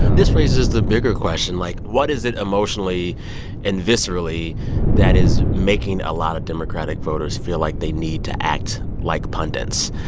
this raises the bigger question. like, what is it emotionally and viscerally that is making a lot of democratic voters feel like they need to act like pundits?